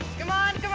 come on,